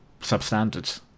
substandard